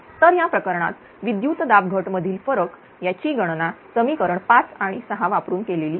तर या प्रकरणात विद्युत दाब घट मधील फरक याची गणना समीकरण 5 आणि 6 वापरून केलेली आहे